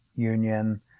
Union